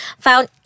found